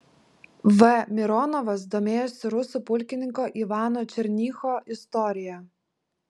v mironovas domėjosi rusų pulkininko ivano černycho istorija